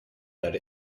that